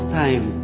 time